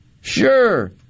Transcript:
Sure